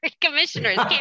commissioners